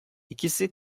ikisi